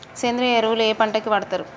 సేంద్రీయ ఎరువులు ఏ పంట కి వాడుతరు?